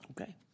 Okay